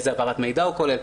איזה העברת מידע הוא כולל?